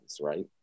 right